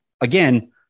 Again